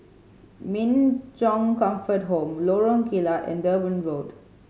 Min Chong Comfort Home Lorong Kilat and Durban Road